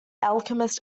alchemist